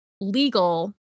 legal